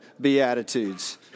beatitudes